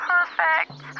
Perfect